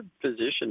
physician